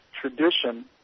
tradition